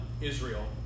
Israel